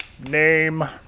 name